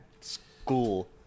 school